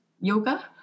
Yoga